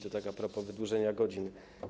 To tak ? propos wydłużenia godzin.